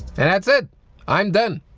and that's it i'm done.